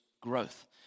growth